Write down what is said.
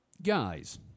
Guys